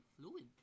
fluid